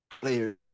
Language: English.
players